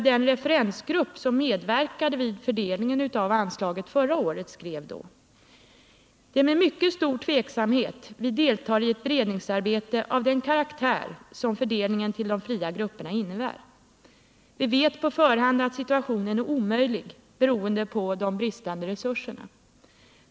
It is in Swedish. Den referensgrupp som medverkade vid fördelningen av anslaget förra året skrev då: ”Det är med mycket stor tveksamhet vi deltar i ett beredningsarbete av den karaktär som fördelningen till de fria grupperna innebär. Vi vet på förhand att situationen är omöjlig, beroende på de bristande resurserna.